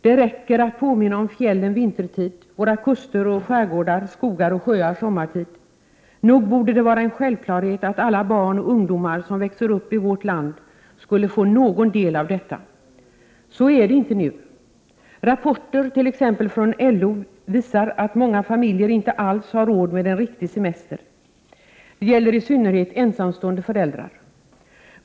Det räcker att påminna om fjällen vintertid, våra kuster och skärgårdar, skogar och sjöar sommartid. Nog borde det vara en självklarhet att alla barn och ungdomar som växer upp i vårt land skulle få någon del av detta. Så är det inte nu. Rapporter från t.ex. LO visar att många familjer inte alls har råd med en riktig semester. Det gäller i synnerhet familjer med ensamstående föräldrar.